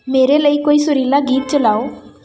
ਮੇਰੇ ਲਈ ਕੋਈ ਸੁਰੀਲਾ ਗੀਤ ਚਲਾਉ